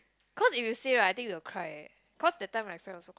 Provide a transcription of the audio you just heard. cause if you say right I think they will cry eh cause that time my friend also